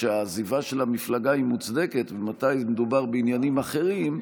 שבה העזיבה של המפלגה היא מוצדקת ומתי מדובר בעניינים אחרים,